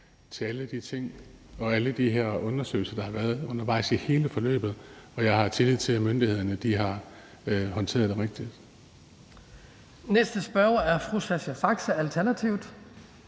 og alle de undersøgelser, der har været undervejs i hele forløbet, og jeg har tillid til, at myndighederne har håndteret det rigtigt. Kl. 18:35 Den fg. formand (Hans Kristian